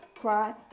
cry